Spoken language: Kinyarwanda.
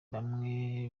bamwe